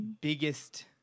biggest